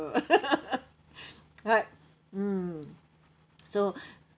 right mm so